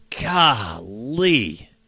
golly